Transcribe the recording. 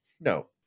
no